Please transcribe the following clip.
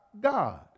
God